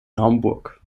naumburg